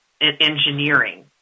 Engineering